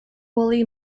woolly